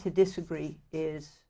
to disagree is